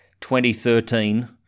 2013